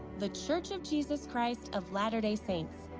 the church of jesus christ of latter-day saints.